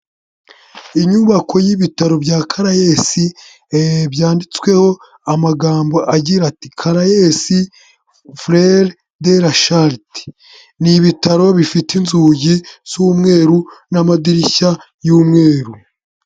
Inyubako y'ibitaro bya karayesi byanditsweho amagambo agira ati karayesi Furere dela sharite. Ni ibitaro bifite inzugi z'umweru n'amadirishya y'umweru.